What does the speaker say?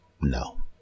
No